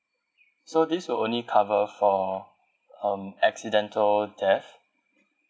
so this will only cover for um accidental death